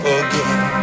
again